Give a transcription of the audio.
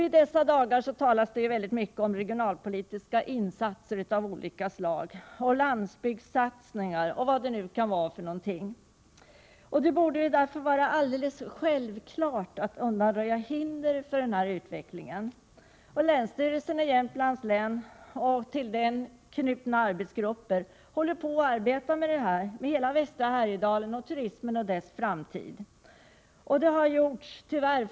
I dessa dagar talas det så mycket om regionalpolitiska insatser av olika slag, om landsbygdssatsningar och vad det nu kan vara. Det borde därför vara självklart att undanröja hinder för den utvecklingen. Länsstyrelsen i Jämtlands län och till den knutna arbetsgrupper håller på att arbeta med hela västra Härjedalen och dess framtid, inte minst när det gäller turismen.